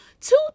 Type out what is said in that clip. two